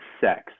sex